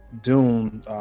Dune